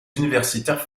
universitaires